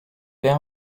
fer